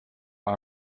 our